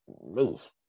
move